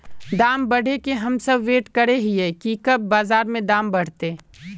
दाम बढ़े के हम सब वैट करे हिये की कब बाजार में दाम बढ़ते?